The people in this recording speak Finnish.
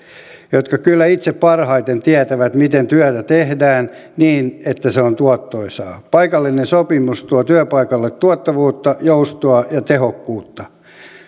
jotka kyllä itse parhaiten tietävät miten työtä tehdään niin että se on tuottoisaa paikallinen sopimus tuo työpaikalle tuottavuutta joustoa ja tehokkuutta